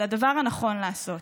זה הדבר הנכון לעשות.